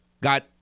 Got